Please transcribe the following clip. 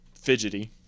Fidgety